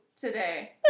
today